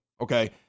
okay